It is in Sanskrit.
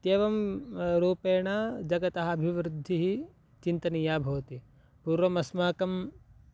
इत्येवं रूपेण जगतः अभिवृद्धिः चिन्तनीया भवति पूर्वम् अस्माकं